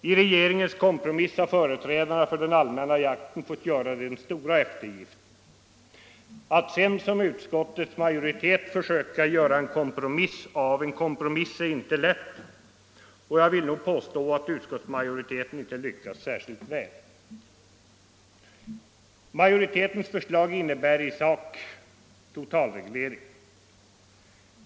I regeringens kompromiss har företrädarna för den allmänna jakten fått göra den stora eftergiften. Att sedan, som utskottets majoritet gör, försöka göra en kompromiss av en kompromiss är inte lätt. Jag vill nog också påstå att utskottsmajoriteten inte lyckats särskilt väl. Majoritetens förslag innebär i sak totalreglering.